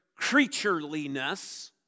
creatureliness